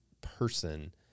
person